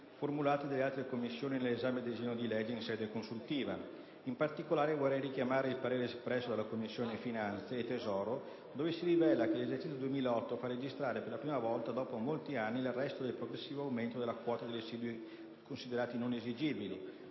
formulati dalle altre Commissioni nell'esame del disegno di legge in sede consultiva. In particolare vorrei richiamare il parere espresso dalla Commissione finanze e tesoro, dove si rileva che l'esercizio 2008 fa registrare, per la prima volta dopo molti anni, l'arresto del progressivo aumento della quota di residui considerati non esigibili,